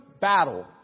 battle